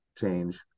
change